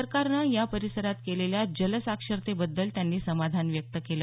सरकारने या परिसरात केलेल्या जलसाक्षरते बद्दल त्यांनी समाधान व्यक्त केलं